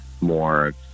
more